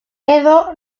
edo